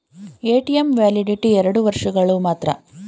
ATM validity ಎರಡು ವರ್ಷಗಳು ಮಾತ್ರ